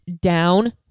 down